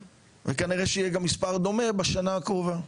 וכנראה שיהיה גם מספר דומה בשנה הקרובה.